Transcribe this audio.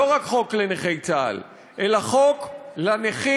לא רק חוק לנכי צה"ל אלא חוק לנכים,